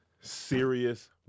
serious